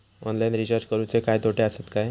Online recharge करुचे काय तोटे आसत काय?